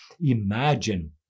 Imagine